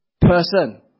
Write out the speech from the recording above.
person